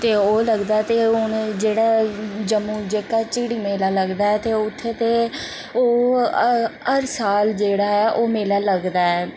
ते ओह् लगदा ऐ ते हून जेह्ड़ा जम्मू जेह्का चिड़ी मेला लगदा ऐ ते उत्थें ते ओह् हर साल जेह्ड़ा ऐ ओह् मेला लगदा ऐ